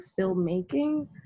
filmmaking